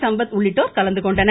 சம்பத் உள்ளிட்டோர் கலந்துகொண்டனர்